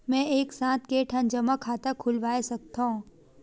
मैं एक साथ के ठन जमा खाता खुलवाय सकथव?